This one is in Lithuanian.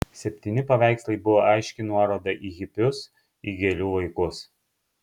septyni paveikslai buvo aiški nuoroda į hipius į gėlių vaikus